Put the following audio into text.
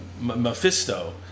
Mephisto